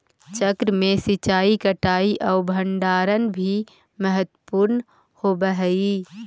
चक्र में सिंचाई, कटाई आउ भण्डारण भी महत्त्वपूर्ण होवऽ हइ